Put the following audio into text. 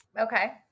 Okay